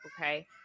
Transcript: okay